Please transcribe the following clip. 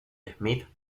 smith